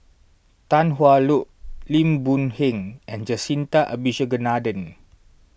Tan Hwa Luck Lim Boon Heng and Jacintha Abisheganaden